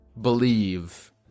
believe